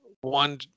one